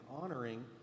honoring